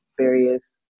various